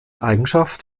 eigenschaft